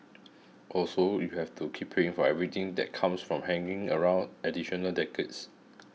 also you have to keep paying for everything that comes from hanging around additional decades